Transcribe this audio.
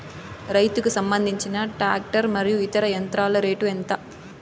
రైతుకు సంబంధించిన టాక్టర్ మరియు ఇతర యంత్రాల రేటు ఎంత?